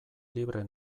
libre